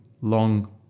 long